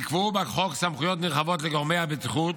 נקבעו בחוק סמכויות נרחבות לגורמי הבטיחות.